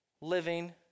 living